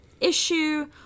issue